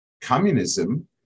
Communism